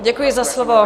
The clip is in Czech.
Děkuji za slovo.